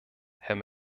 herr